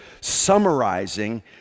summarizing